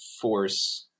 force